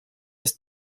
ist